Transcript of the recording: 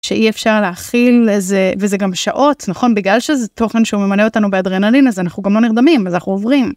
שאי אפשר להכיל איזה, וזה גם שעות, נכון? בגלל שזה תוכן שהוא ממלא אותנו באדרנלין, אז אנחנו גם לא נרדמים, אז אנחנו עוברים.